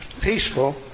peaceful